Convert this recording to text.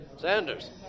Sanders